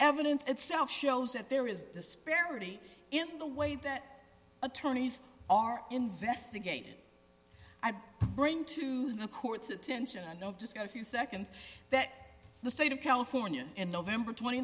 evidence itself shows that there is disparity in the way that attorneys are investigated and bring to the court's attention i know just got a few seconds that the state of california in november